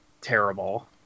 terrible